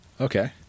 Okay